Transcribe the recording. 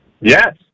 Yes